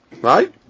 Right